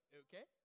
okay